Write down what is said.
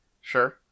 Sure